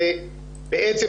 בעצם,